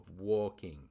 walking